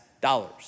dollars